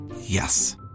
Yes